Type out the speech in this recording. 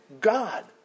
God